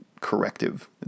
corrective